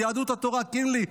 מיהדות התורה: קינלי,